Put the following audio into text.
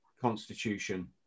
constitution